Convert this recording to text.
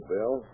Bill